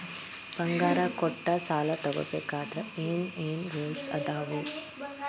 ಬಂಗಾರ ಕೊಟ್ಟ ಸಾಲ ತಗೋಬೇಕಾದ್ರೆ ಏನ್ ಏನ್ ರೂಲ್ಸ್ ಅದಾವು?